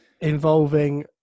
involving